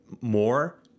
more